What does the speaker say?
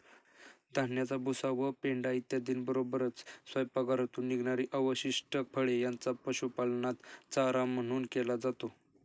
धान्याचा भुसा व पेंढा इत्यादींबरोबरच स्वयंपाकघरातून निघणारी अवशिष्ट फळे यांचा पशुपालनात चारा म्हणून केला जातो